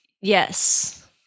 yes